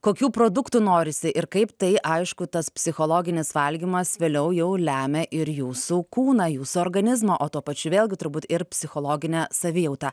kokių produktų norisi ir kaip tai aišku tas psichologinis valgymas vėliau jau lemia ir jūsų kūną jūsų organizmą o tuo pačiu vėlgi turbūt ir psichologinę savijautą